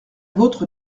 vôtre